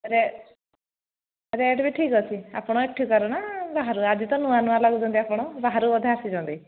ରେ ରେଟ୍ ବି ଠିକ୍ ଅଛି ଆପଣ ଏଠିକାର ନା ବାହାରୁ ଆଜି ତ ନୂଆନୂଆ ଲାଗୁଛନ୍ତି ଆପଣ ବାହାରୁ ବୋଧେ ଆସିଛନ୍ତି